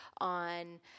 on